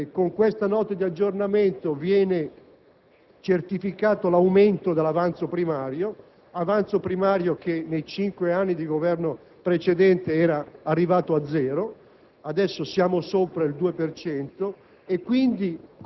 segnalazioni che ritengo positive. Con questa Nota di aggiornamento viene certificato l'aumento dell'avanzo primario che, nei cinque anni di Governo precedente, era arrivato a zero,